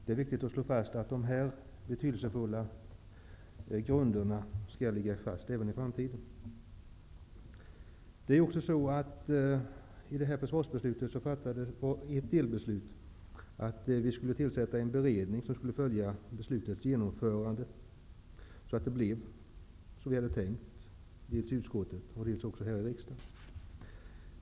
Det är viktigt att slå fast att dessa betydelsefulla grunder skall gälla även för framtiden. Genom försvarsbeslutet fattades också ett delbeslut om att det skulle tillsättas en beredning som skulle följa beslutets genomförande och se till att resultatet blev som det var tänkt, både i utskottet och här i kammaren.